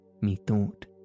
methought